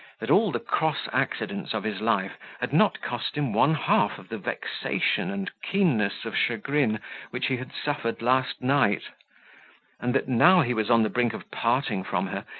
that all the cross accidents of his life had not cost him one half of the vexation and keenness of chagrin which he had suffered last night and that now he was on the brink of parting from her,